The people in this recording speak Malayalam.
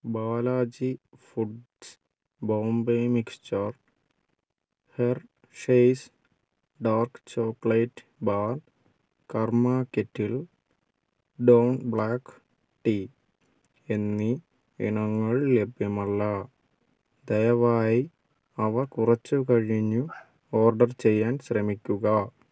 Balaji foods Bombay mixture Hershey's dark chocolate bar Karma kettle Don black tea എന്നീ ഇനങ്ങൾ ലഭ്യമല്ല ദയവായി അവ കുറച്ചു കഴിഞ്ഞു ഓർഡർ ചെയ്യാൻ ശ്രമിക്കുക